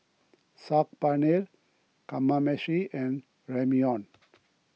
Saag Paneer Kamameshi and Ramyeon